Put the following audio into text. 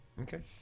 Okay